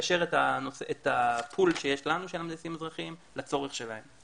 נקשר את הפול שיש לנו של מהנדסים אזרחיים לצורך שלהם.